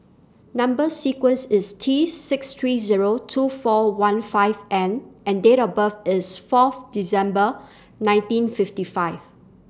Number sequence IS T six three Zero two four one five N and Date of birth IS Fourth December nineteen fifty five